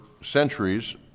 centuries